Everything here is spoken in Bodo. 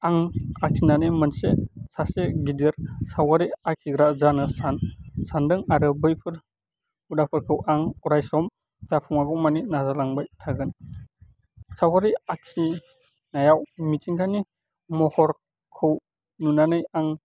आं आखिनानै मोनसे सासे गिदिर सावगारि जानो सानदों आरो बैफोर हुदाफोरखौ आं अरायसम जाफुंआगौमानि नाजालांबाय थागोन सावगारि आखिनायाव मिथिंगानि महरखौ नुनानै आं